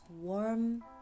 warm